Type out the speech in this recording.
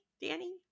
Danny